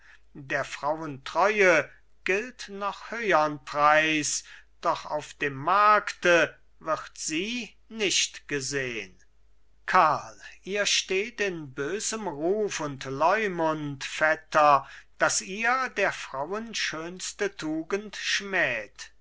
der frauen treue gilt noch höhern preis doch auf dem markte wird sie nicht gesehn karl ihr steht in bösem ruf und leumund vetter daß ihr der frauen schönste tugend schmäht